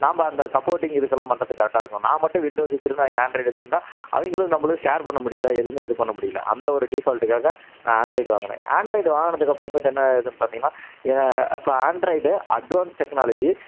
நாம் அந்த சப்போர்டிங் இதுக்கெல்லாம் பண்ணுறதுக்கு கரெட்டாக இருக்கும் நான் மட்டும் விண்டோஸ் வெச்சுருந்தா அவங்க ஆன்ராய்டு வெச்சுருந்தா அவங்களும் நம்மளும் ஷேர் பண்ணமுடியல எதுவுமே இது பண்ணமுடியல அந்த ஒரு டீஃபால்ட்டுக்காக நான் ஆன்ராய்டு வாங்கினேன் ஆன்ராய்டு வாங்கினதுக்கு அப்புறமேட்டு என்னாகுதுன்னு பார்த்தீங்கனா எங்கே அப்போ ஆன்ராய்டு அட்வான்ஸ் டெக்னாலஜி